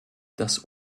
das